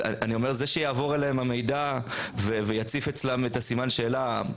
זה שיעבור אליהם המידע ויציף אצלם את סימן השאלה,